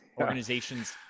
organizations